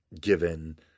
given